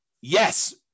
Yes